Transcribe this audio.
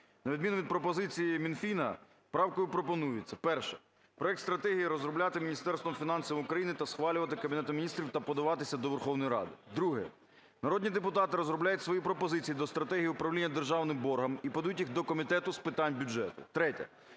На відміну від пропозиції Мінфіну правкою пропонується: Перше. Проект стратегії розробляти Міністерством фінансів України та схвалювати Кабінетом Міністрів та подаватися до Верховної Ради. Друге. Народні депутати розробляють свої пропозиції до стратегії управління державним боргом і подають їх до Комітету з питань бюджету.